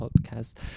podcast